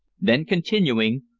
then, continuing,